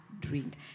drink